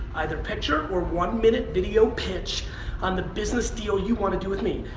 either picture or one minute video pitch on the business deal you want to do with me.